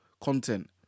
content